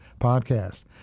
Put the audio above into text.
Podcast